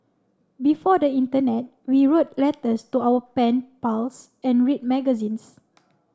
before the internet we wrote letters to our pen pals and read magazines